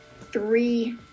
three